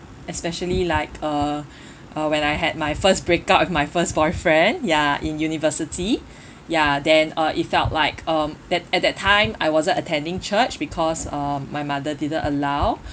especially like uh uh when I had my first breakup with my first boyfriend ya in university ya then uh it felt like um that at that time I wasn't attending church because um my mother didn't allow